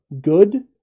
good